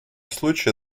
случае